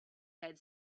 had